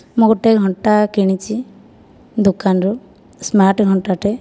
ମୁଁ ଗୋଟିଏ ଘଣ୍ଟା କିଣିଛି ଦୋକାନରୁ ସ୍ମାର୍ଟ୍ ଘଣ୍ଟା ଟିଏ